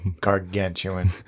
gargantuan